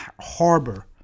harbor